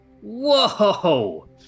whoa